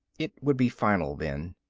it would be final then.